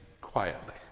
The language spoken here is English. quietly